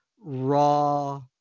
raw